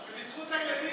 ובזכות הילדים,